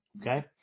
Okay